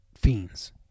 fiends